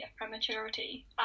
prematurity